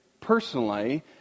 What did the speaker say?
personally